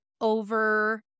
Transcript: over